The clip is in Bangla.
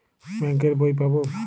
বাংক এর বই পাবো?